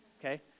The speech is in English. Okay